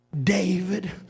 David